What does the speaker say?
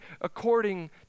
according